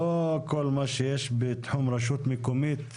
לא כל מה שיש בתחום רשות מקומית,